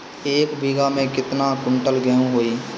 एक बीगहा में केतना कुंटल गेहूं होई?